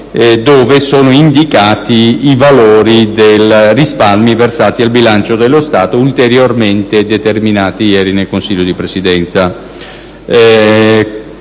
dove sono indicati i valori dei risparmi che saranno versati al bilancio dello Stato come ulteriormente determinati ieri dal Consiglio di Presidenza.